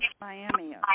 Miami